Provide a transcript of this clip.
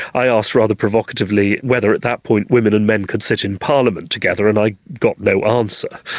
i asked rather provocatively whether at that point women and men could sit in parliament together, and i got no answer.